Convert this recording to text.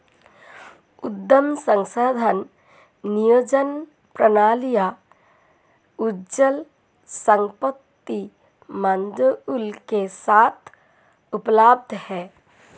उद्यम संसाधन नियोजन प्रणालियाँ अचल संपत्ति मॉड्यूल के साथ उपलब्ध हैं